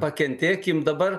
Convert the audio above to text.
pakentėkim dabar